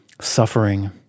Suffering